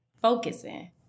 focusing